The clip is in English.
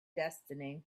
destiny